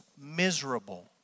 miserable